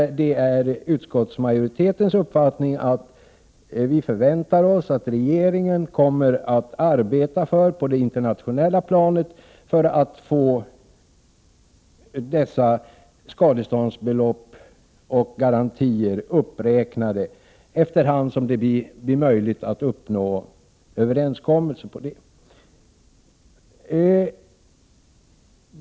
Utskottsmajoriteten förväntar sig att regeringen kommer att på det internationella planet arbeta för att få dessa skadeståndsbelopp och garantier uppräknade efter hand som det blir möjligt att uppnå överenskommelser.